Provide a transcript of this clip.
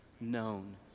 known